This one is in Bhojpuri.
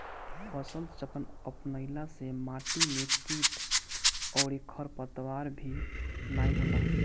फसलचक्र अपनईला से माटी में किट अउरी खरपतवार भी नाई होला